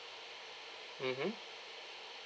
mmhmm